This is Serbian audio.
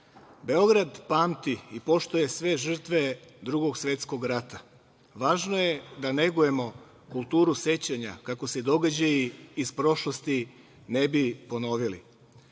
Beograd pamti i poštuje sve žrtve Drugog svetskog rata. Važno je da negujemo kulturu sećanja kako se događaji iz prošlosti ne bi ponovili. Srbija